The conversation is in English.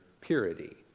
purity